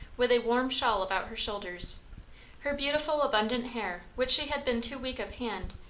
with a warm shawl about her shoulders her beautiful abundant hair, which she had been too weak of hand,